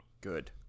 good